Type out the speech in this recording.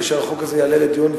כאשר החוק הזה יעלה לדיון,